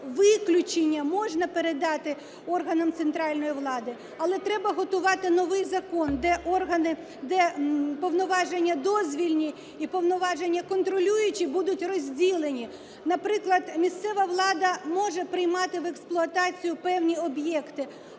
виключення можна передати органам центральної влади, але треба готувати новий закон, де органи... де повноваження дозвільні і повноваження контролюючі будуть розділені. Наприклад, місцева влада може приймати в експлуатацію певні об'єкти,